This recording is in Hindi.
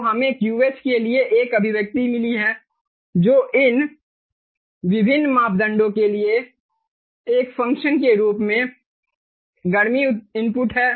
तो हमें QH के लिए एक अभिव्यक्ति मिली है जो इन विभिन्न मापदंडों के एक फ़ंक्शन के रूप में गर्मी इनपुट है